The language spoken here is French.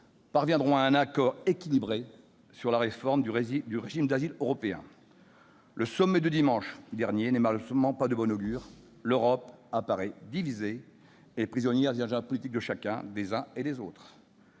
parviendront à un accord équilibré sur la réforme du régime d'asile européen. Le sommet de dimanche dernier n'est malheureusement pas de bon augure : l'Europe apparaît divisée et prisonnière des agendas politiques des uns et des autres.